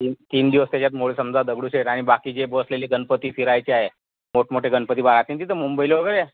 तीन तीन दिवस त्याच्यात मोड समजा दगडूशेठ आणि बाकीचे बसलेले गणपती फिरायचे आहे मोठमोठे गणपती बा राहतील ना तिथे मुंबईला वगैरे